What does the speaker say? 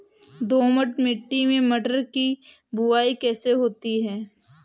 दोमट मिट्टी में मटर की बुवाई कैसे होती है?